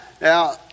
Now